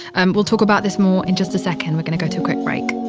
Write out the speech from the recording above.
and we'll talk about this more in just a second. we're gonna go to break.